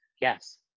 Yes